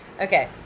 Okay